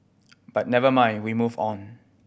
but never mind we move on